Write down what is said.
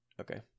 Okay